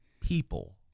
people